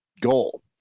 goal